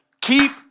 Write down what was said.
Keep